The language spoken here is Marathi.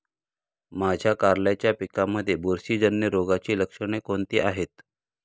माझ्या कारल्याच्या पिकामध्ये बुरशीजन्य रोगाची लक्षणे कोणती आहेत?